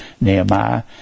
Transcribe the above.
Nehemiah